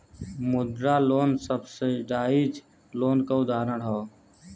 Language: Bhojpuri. मुद्रा लोन सब्सिडाइज लोन क उदाहरण हौ